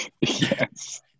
Yes